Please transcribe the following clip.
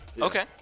Okay